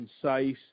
concise